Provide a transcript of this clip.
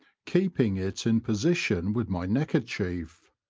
keeping it in position with my neckerchief.